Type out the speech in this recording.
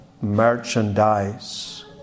merchandise